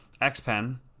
X-pen